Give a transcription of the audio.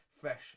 fresh